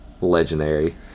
Legendary